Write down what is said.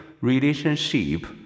relationship